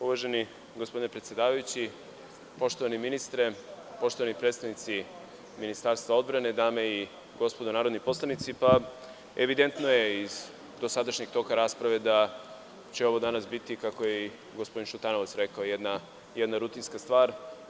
Uvaženi gospodine predsedavajući, poštovani ministre, poštovani predstavnici Ministarstva odbrane, dame i gospodo narodni poslanici, evidentno je iz dosadašnjeg toka rasprave da će ovo danas biti, kako je i gospodin Šutanovac rekao, jedna rutinska stvar.